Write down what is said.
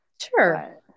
sure